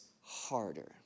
harder